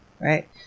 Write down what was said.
Right